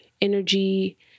energy